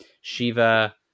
shiva